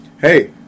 hey